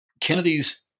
Kennedy's